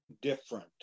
different